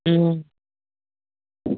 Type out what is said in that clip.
अं